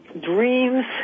dreams